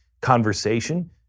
conversation